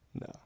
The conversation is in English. No